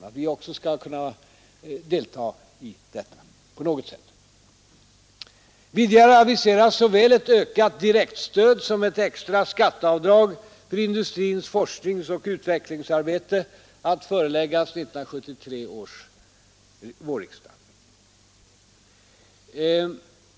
år en sådan utomordent Vidare aviseras ett förslag om såväl ett utökat direktstöd som ett extra skatteavdrag för industrins forskningsoch utvecklingsarbete att föreläggas 1973 års vårriksdag.